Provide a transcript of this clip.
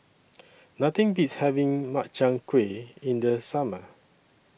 Nothing Beats having Makchang Gui in The Summer